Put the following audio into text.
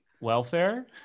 welfare